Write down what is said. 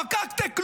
פקקטה,